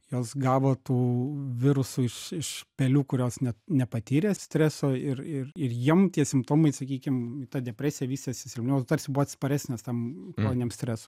jos gavo tų virusų iš iš pelių kurios net nepatyrė streso ir ir ir jom tie simptomai sakykim ta depresija vystėsi silpniautarsi buvo atsparesnės tam foniniam stres